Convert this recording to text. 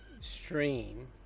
stream